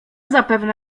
zapewne